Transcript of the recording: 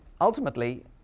ultimately